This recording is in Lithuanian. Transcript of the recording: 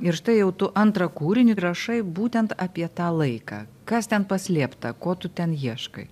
ir štai jau tu antrą kūrinį rašai būtent apie tą laiką kas ten paslėpta ko tu ten ieškai